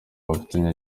babifitiye